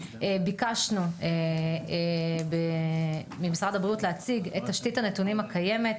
ביקשנו ממשרד הבריאות להציג את תשתית הנתונים הקיימת,